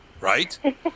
Right